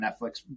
Netflix